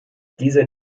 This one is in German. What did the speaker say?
dieser